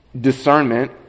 Discernment